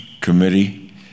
committee